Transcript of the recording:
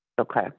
Okay